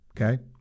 Okay